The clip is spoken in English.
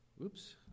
Oops